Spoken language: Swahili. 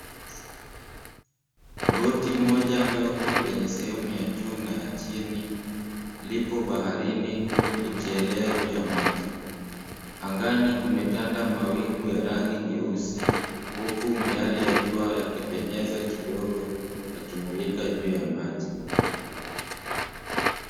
Boti moja ndogo lenye sehemu ya juu na ya chini lipo baharini huku likielea juu ya maji. Angani kumetanda mawingu ya rangi nyeusi huku miale ya jua ikipenyeza kidogo, ikimulika juu ya maji.